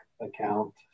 account